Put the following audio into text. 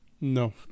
No